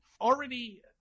Already